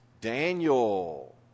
Daniel